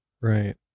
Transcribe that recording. Right